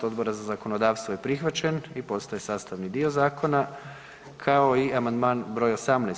Odbora za zakonodavstvo je prihvaćen i postaje sastavni dio zakona, kao i amandman br. 18.